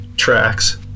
tracks